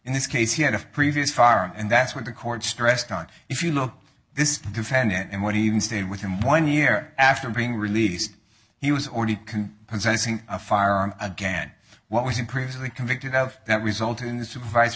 in this case he had of previous firing and that's what the court stressed on if you look this defendant and what he even stayed with him one year after being released he was already possessing a firearm again what was it previously convicted of that resulted in the supervis